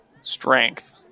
Strength